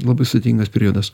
labai sudėtingas periodas